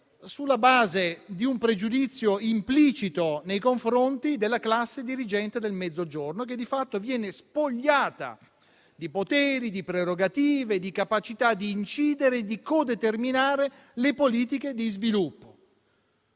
sulla base di un pregiudizio implicito nei confronti della classe dirigente del Mezzogiorno, che, di fatto, viene spogliata di poteri, di prerogative, di capacità di incidere e di co-determinare le politiche di sviluppo;